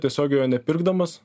tiesiogiai jo nepirkdamas